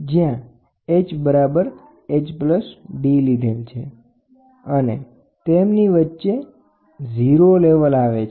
અને તેમની વચ્ચે 0 લેવલ આવે છે